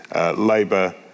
Labour